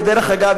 ודרך אגב,